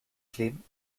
kleben